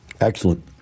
Excellent